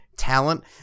talent